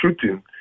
shooting